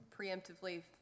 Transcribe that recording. preemptively